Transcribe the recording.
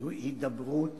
הוא הידברות.